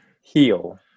Heal